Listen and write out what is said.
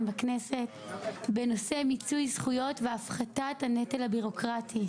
בכנסת בנושא מיצוי זכויות והפחתת הנטל הבירוקרטי.